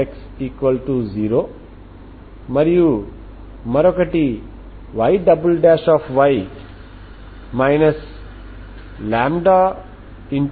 ఇప్పుడు కనుక మనం బౌండరీ కండిషన్ X00 ను అప్లై చేసినట్లయితే అప్పుడు Xxμ c1sin μx c2cos μx